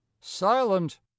silent